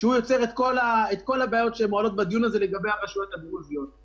שהוא יוצר את כל הבעיות שמועלות בדיון הזה לגבי הרשויות הדרוזיות.